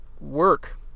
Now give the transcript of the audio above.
work